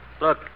Look